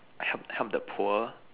help help the poor